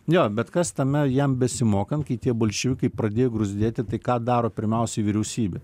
jo bet kas tame jam besimokant kai tie bolševikai pradėjo bruzdėti tai ką daro pirmiausiai vyriausybė